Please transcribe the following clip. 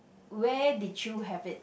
where did you have it